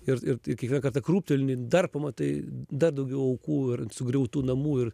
ir ir kiekvieną kartą krūptelni dar pamatai dar daugiau aukų ir sugriautų namų ir